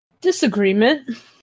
disagreement